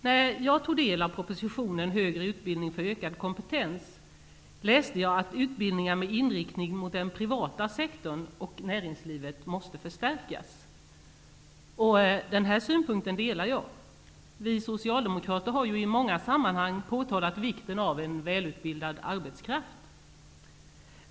När jag tog del av propositionen ''Högre utbildning för ökad kompetens'', läste jag att utbildningar med inriktning mot den privata sektorn och näringslivet måste förstärkas. Denna synpunkt delar jag. Vi socialdemokrater har i många sammanhang påtalat vikten av en välutbildad arbetskraft.